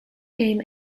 game